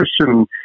Christian